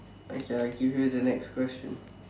okay I give you the next question